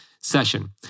session